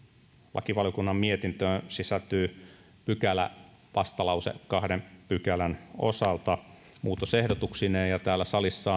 lakivaliokunnan mietintöön sisältyy pykälävastalause kahden pykälän osalta muutosehdotuksineen täällä salissa